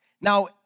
Now